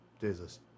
Jesus